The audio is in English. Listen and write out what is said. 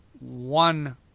one